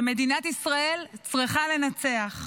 שמדינת ישראל צריכה לנצח.